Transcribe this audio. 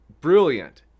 brilliant